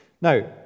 Now